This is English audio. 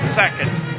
seconds